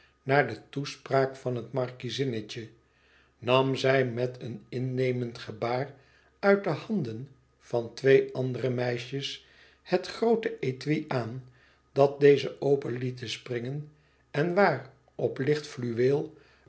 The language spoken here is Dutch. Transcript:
naar de toespraak van het markiezinnetje nam zij met een innemend gebaar uit de handen van twee andere meisjes het groote étui aan dat deze open lieten springen en waar op licht fluweel